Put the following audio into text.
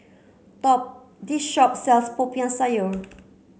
this shop sells Popiah Sayur